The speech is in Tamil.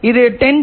இன்றும் 10 ஜி